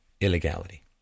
illegality